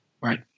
Right